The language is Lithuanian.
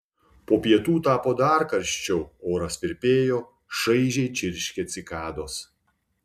po pietų tapo dar karščiau oras virpėjo šaižiai čirškė cikados